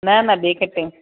न न ॿिए कंहिंखे